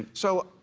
so,